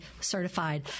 certified